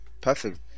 Perfect